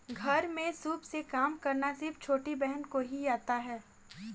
घर में सूप से काम करना सिर्फ छोटी बहन को ही आता है